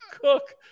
cook